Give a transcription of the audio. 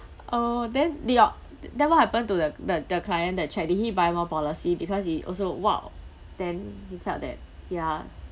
oh then the your then what happened to the the the client that cheque did he buy more policy because he also !wow! then he felt that ya